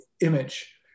image